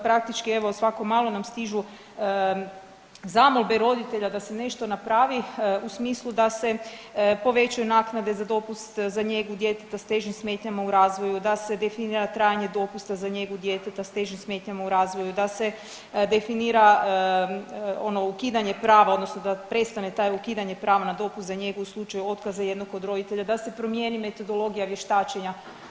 Praktički evo svako malo nam stižu zamolbe roditelja da se nešto napravi u smislu da se povećaju naknade za dopust za njegu djeteta s težim smetnjama u razvoju, da se definira trajanje dopusta za njegu djeteta s težim smetnjama u razvoju, da se definira ono ukidanje prava odnosno da prestane taj ukidanje prava za njegu u slučaju otkaza jednog od roditelja, da se promijeni metodologija vještačenja.